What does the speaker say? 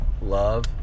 love